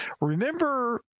Remember